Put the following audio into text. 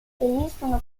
esistono